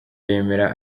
yemera